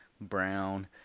brown